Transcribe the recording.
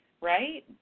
Right